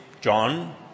John